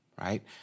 right